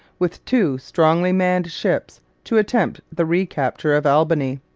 with two strongly-manned ships, to attempt the recapture of albany.